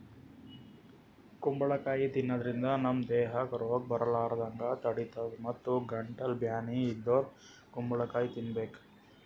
ಕುಂಬಳಕಾಯಿ ತಿನ್ನಾದ್ರಿನ್ದ ನಮ್ ದೇಹಕ್ಕ್ ರೋಗ್ ಬರಲಾರದಂಗ್ ತಡಿತದ್ ಮತ್ತ್ ಗಂಟಲ್ ಬ್ಯಾನಿ ಇದ್ದೋರ್ ಕುಂಬಳಕಾಯಿ ತಿನ್ಬೇಕ್